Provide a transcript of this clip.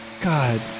God